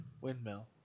windmill